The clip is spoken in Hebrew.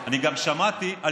ושמעתי אותך היטב.